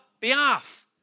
behalf